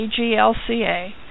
AGLCA